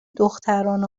دختران